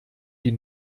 die